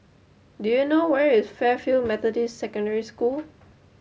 do you know where is Fairfield Methodist Secondary School